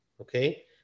okay